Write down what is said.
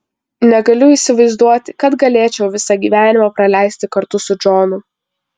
negaliu įsivaizduoti kad galėčiau visą gyvenimą praleisti kartu su džonu